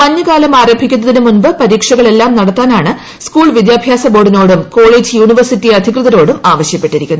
മഞ്ഞ് കാലം ആരംഭിക്കുന്നതിന് മുമ്പ് പരീക്ഷകളെല്ലാം നടത്താനാണ് സ്കൂൾ വിദ്യാഭ്യാസ ബോർഡിനോടും കോളേജ് യൂണിവേഴ്സിറ്റി അധികൃതരോടും ആവശ്യപ്പെട്ടിരിക്കുന്നത്